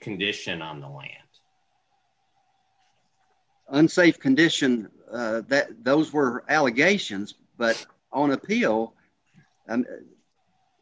condition on the unsafe condition that those were allegations but on appeal and